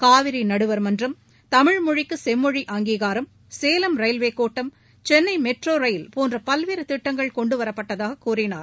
காவிரி நடுவர்மன்றம் தமிழ் மொழிக்கு செம்மொழி அங்கீகாரம் சேலம் ரயில்வே கோட்டம் சென்னை மெட்ரோ ரயில் போன்ற பல்வேறு திட்டங்கள் கொண்டு வரப்பட்டதாகக் கூறினார்